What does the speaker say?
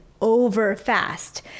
over-fast